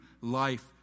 life